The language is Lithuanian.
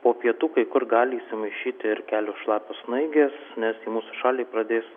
po pietų kai kur gali įsimaišyti ir kelios šlapios snaigės nes į mūsų šalį pradės